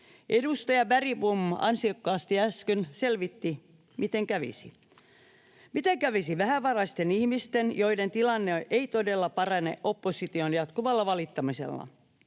Edustaja Bergbom ansiokkaasti äsken selvitti, miten kävisi. Miten kävisi vähävaraisten ihmisten, joiden tilanne ei todella parane opposition jatkuvalla valittamisella?